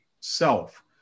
self